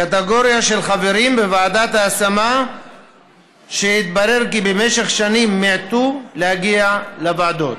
קטגוריה של חברים בוועדת ההשמה שהתברר שבמשך שנים מיעטו להגיע לוועדות,